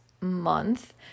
month